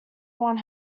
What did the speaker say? one